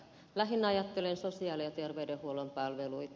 lähinnä ajattelen sosiaali ja terveydenhuollon palveluita